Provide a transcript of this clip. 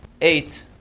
eight